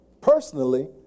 Personally